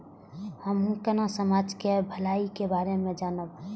हमू केना समाज के भलाई के बारे में जानब?